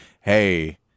hey